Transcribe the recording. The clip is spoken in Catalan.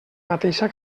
mateixa